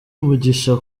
mugisha